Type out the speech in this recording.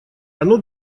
оно